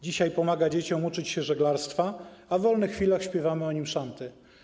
Dzisiaj pomaga dzieciom uczyć się żeglarstwa, a w wolnych chwilach śpiewamy o nim szanty.